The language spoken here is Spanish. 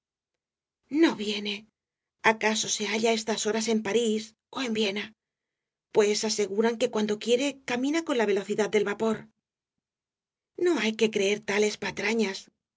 no viene acaso se halle á estas horas en parís ó en viena pues aseguran que cuando quiere camina con la velocidad del vapor no hay que creer tales patrañas